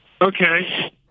Okay